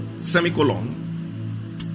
semicolon